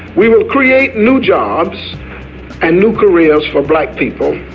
we will create new jobs and new careers for black people.